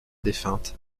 défunte